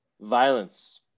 Violence